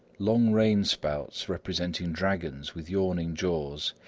long rain-spouts, representing dragons with yawning jaws,